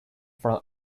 from